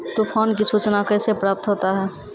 तुफान की सुचना कैसे प्राप्त होता हैं?